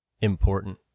important